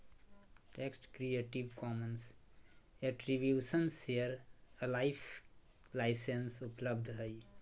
text creative commons attribution share alike license उपलब्ध हइ